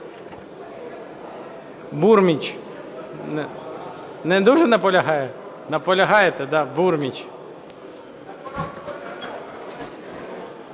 Бурміч. Не дуже наполягає? Наполягаєте, да? Бурміч.